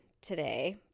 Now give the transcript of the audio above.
today